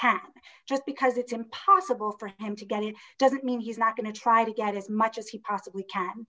can just because it's impossible for him to get it doesn't mean he's not going to try to get as much as he possibly can